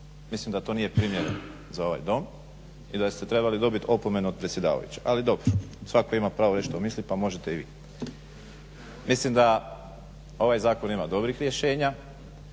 Mislim da to nije primjereno za ovaj dom i da ste trebali dobit opomenu od predsjedavajućeg ali dobro, svatko ima pravo reći što misli pa možete i vi. Mislim da ovaj zakon ima dobrih rješenja,